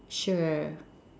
sure